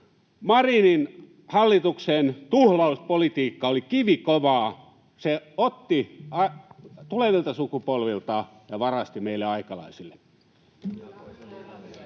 Marinin hallituksen tuhlauspolitiikka oli kivikovaa, se otti tulevilta sukupolvilta ja varasti meille aikalaisille.